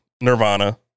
Nirvana